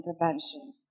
intervention